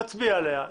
נצביע עליה,